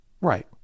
Right